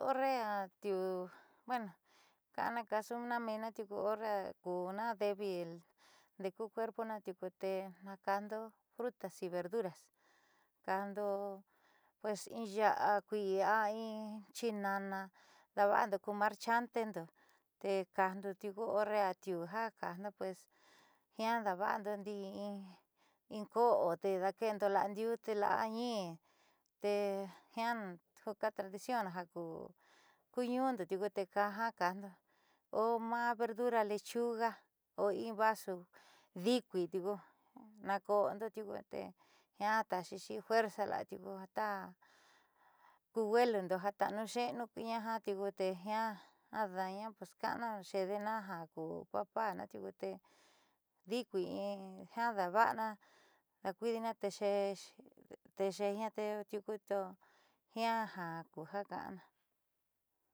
Horre atiuu bueno ka'ana casu menna horre kuuna débil ndeeku cuerpona tiuku tee naakaajndo frutas y verduras kaando in ya'a kuii a in chinana daava'ando ku marchantendo te kdando tiuku horre ja atiuu ja kaajndo pues jiaa daava'ando ndii in ko'o te daakeendo la'a ndiute la'a ñiin tee jiaa ku tradición ku ñuundo tiuku tee kaja ka'ando o maa verdura lechuga o in vaso diikui tiuku naako'ando tiuku tee jiaa taaxixi fuerza la'a tiuku ta ku huelundo ja tnaanuuxe'enu kuuñaa jiaa tiuku tee jiaa ada'aña pues kdanu ju xeedena ja ku papána tiuku tee ndiikui jiaa dava'ana dakuiidina te xeena tiuku jiaa kuja ka'ana.